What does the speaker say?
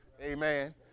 Amen